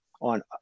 on